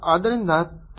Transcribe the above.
ಆದ್ದರಿಂದ ಇದು 6